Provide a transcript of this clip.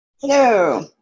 Hello